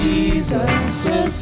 Jesus